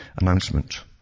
announcement